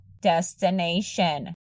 destination